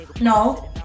No